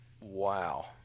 Wow